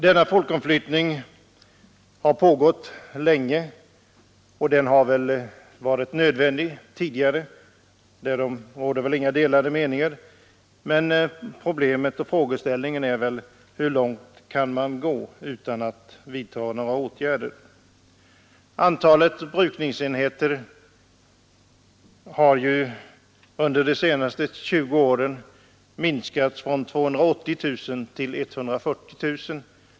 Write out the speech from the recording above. Denna folkomflyttning har pågått länge och har säkert varit nödvändig tidigare. Därom råder väl inga delade meningar. Men frågan är hur långt man kan gå utan att vidta åtgärder. Antalet brukningsenheter har under de senaste 20 åren minskat från ca 280 000 till ca 140 000.